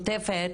המשותפת,